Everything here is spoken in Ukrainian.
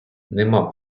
нема